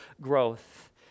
growth